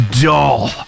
doll